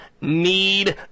need